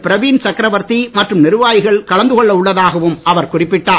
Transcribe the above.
பிரவீன் சக்கரவர்த்தி மற்றும் நிர்வாகிகள் கலந்துகொள்ள உள்ளதாகவும் அவர் குறிப்பிட்டார்